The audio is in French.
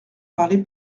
parlez